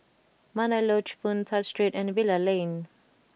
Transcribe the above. Mandai Lodge Boon Tat Street and Bilal Lane